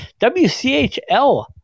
WCHL